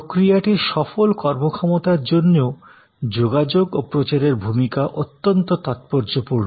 প্রক্রিয়াটির সফল কর্মক্ষমতার জন্যও যোগাযোগ ও প্রচারের ভূমিকা অত্যন্ত তাৎপর্যপূর্ণ